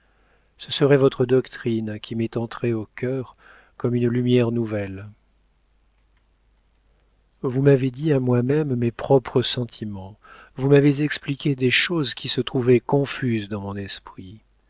ce serait votre doctrine qui m'est entrée au cœur comme une lumière nouvelle vous m'avez dit à moi-même mes propres sentiments vous m'avez expliqué des choses qui se trouvaient confuses dans mon esprit